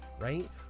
right